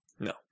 No